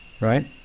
right